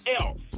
else